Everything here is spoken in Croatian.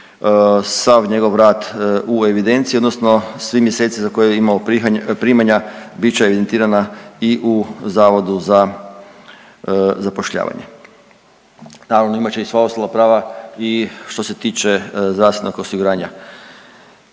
sav njegov rad u evidenciji odnosno svi mjeseci za koja je imao primanja bit će evidentirana i u Zavodu za zapošljavanje. Naravno imat će i sva ostala prava i što se tiče zdravstvenog osiguranja.